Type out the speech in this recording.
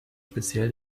speziell